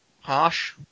Harsh